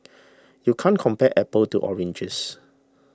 you can't compare apples to oranges